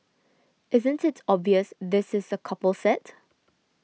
isn't it obvious this is a couple set